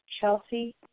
chelsea